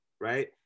right